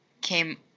came